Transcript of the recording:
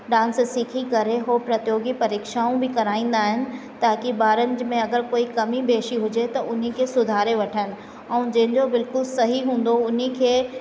dance सिखी करे हू प्रतियोगी परीक्षाऊं बि कराईंदा आहिनि ताकी ॿारनि में अगरि कोई कमी पेशी हुजे त उन्हीअ खे सुधारे वठनि ऐं जंहिंजो बिल्कुलु सही हूंदो उन्हीअ खे